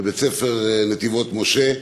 בבית-ספר "נתיבות משה",